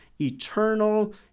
eternal